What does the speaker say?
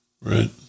right